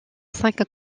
cinq